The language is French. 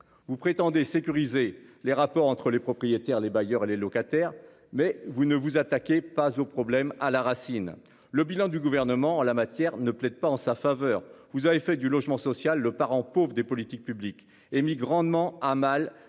vous prétendez sécuriser les rapports entre les propriétaires, les bailleurs et les locataires. Mais vous ne vous attaquez pas aux problèmes à la racine. Le bilan du gouvernement en la matière ne plaide pas en sa faveur. Vous avez fait du logement social, le parent pauvre des politiques publiques émis grandement à mal